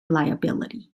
liability